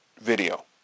video